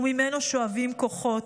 וממנו שואבים כוחות.